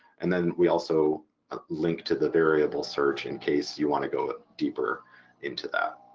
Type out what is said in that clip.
and then we also ah link to the variable search in case you want to go deeper into that.